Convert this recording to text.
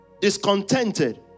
discontented